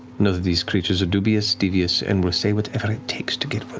know that these creatures are dubious, devious, and will say whatever it takes to get